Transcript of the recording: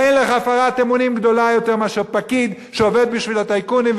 אין לך הפרת אמונים גדולה יותר מאשר פקיד שעובד בשביל הטייקונים,